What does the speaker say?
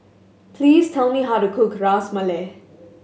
please tell me how to cook Ras Malai